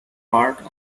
part